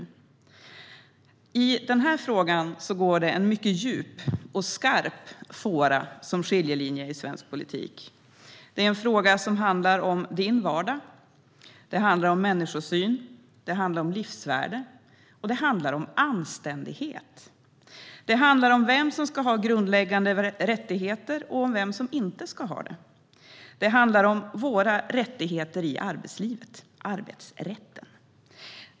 I den här frågan går det en djup och skarp skiljelinje i svensk politik. Det är en fråga som handlar om din vardag. Den handlar om människosyn, livsvärde och anständighet. Det handlar om vem som ska ha grundläggande rättigheter och om vem som inte ska ha det. Det handlar om våra rättigheter i arbetslivet - arbetsrätten.